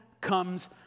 comes